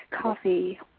Coffee